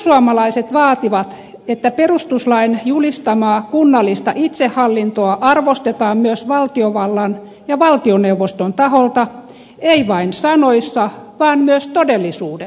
perussuomalaiset vaativat että perustuslain julistamaa kunnallista itsehallintoa arvostetaan myös valtiovallan ja valtioneuvoston taholta ei vain sanoissa vaan myös todellisuudessa